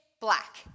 Black